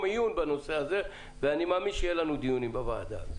עיון בנושא הזה ואני מאמין שיהיה לנו דיון מנוסף בוועדה.